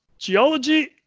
Geology